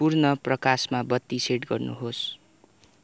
पूर्ण प्रकाशमा बत्ती सेट गर्नुहोस्